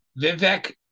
Vivek